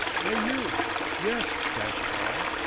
i knew yes, dash it all!